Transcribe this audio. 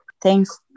Thanks